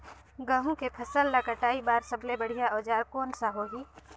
गहूं के फसल ला कटाई बार सबले बढ़िया औजार कोन सा होही?